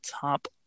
top